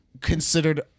considered